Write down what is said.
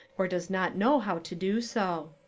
or does not know how to do so.